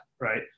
Right